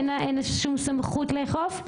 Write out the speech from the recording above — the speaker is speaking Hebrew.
אין שום סמכות לאכוף?